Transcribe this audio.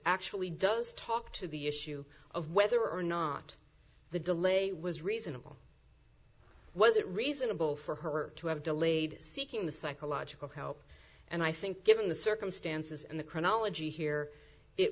actually does talk to the issue of whether or not the delay was reasonable was it reasonable for her to have delayed seeking the psychological help and i think given the circumstances and the chronology here it